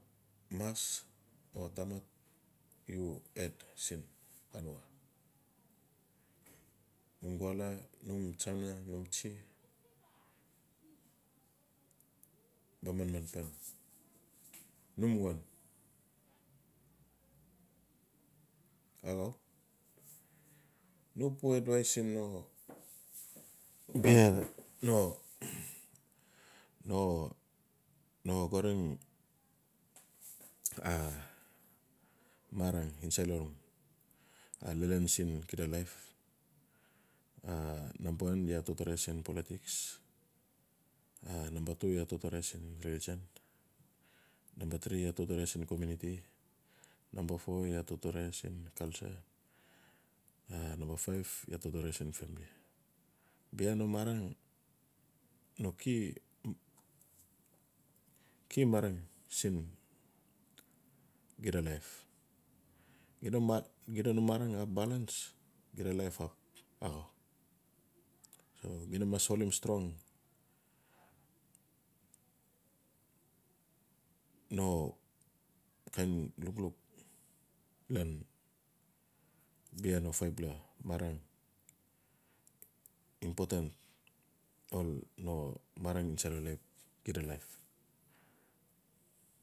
Mas o tamat u head siin anua, num kwala, num tsaxana, num tsi ba manman pan num woun, axau no pu advais siin no bia no no-mo xarin insait long lalan siin xida life. A namba wan iaa totore siin polotiks, a namba tu iaa totore siin religion namba tri iaa totore siin komiuniti, namba fo iaa totore siin culture, namba faiv iaa totore siin famili. Bia no marang no key marang siin xida life. Xida no marang ap balens xida life ap axau so xida mas dim strong no kain loklok, lan bia no faiv pa marang impotent ol no marang isait lo life xida life.